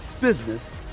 business